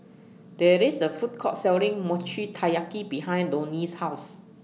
There IS A Food Court Selling Mochi Taiyaki behind Donie's House